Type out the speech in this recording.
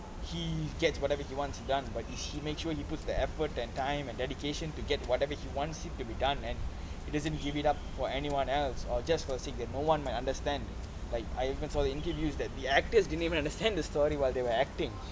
he gets whatever he wants done but he make sure you put the effort and time and dedication to get whatever he wants it to be done and he doesn't give it up for anyone else or just for the sake that no one might understand like I even saw interviews that the actors didn't even understand the story while they were acting